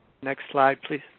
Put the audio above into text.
next slide, please.